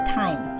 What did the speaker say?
time